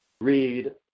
read